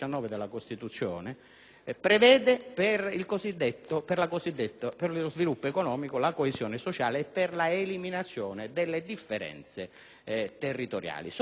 prevede per lo sviluppo economico, la coesione sociale e la eliminazione delle differenze territoriali, soprattutto con riferimento